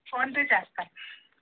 phone రీచార్జ్కా